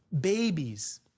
babies